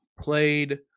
played